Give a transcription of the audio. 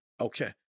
Okay